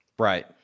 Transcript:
right